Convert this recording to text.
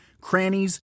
crannies